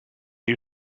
you